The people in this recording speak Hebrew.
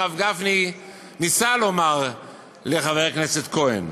הרב גפני ניסה לומר לחבר הכנסת כהן.